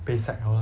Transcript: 被 sack 了 lah